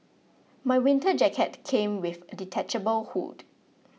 my winter jacket came with a detachable hood